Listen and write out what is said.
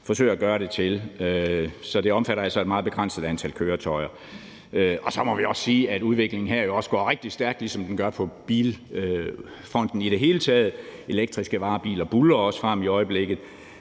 forsøger at gøre det til. Så det omfatter altså et meget begrænset antal køretøjer. Og så må vi også sige, at udviklingen her jo også går rigtig stærkt, ligesom den gør på bilfronten i det hele taget. Elektriske varebiler buldrer også frem i øjeblikket,